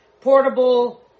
portable